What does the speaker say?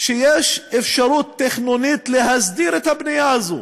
שיש אפשרות תכנונית להסדיר את הבנייה שלהם.